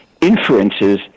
inferences